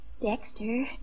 Dexter